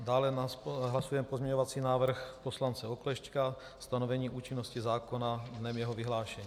Dále hlasujeme pozměňovací návrh poslance Oklešťka, stanovení účinnosti zákona dnem jeho vyhlášení.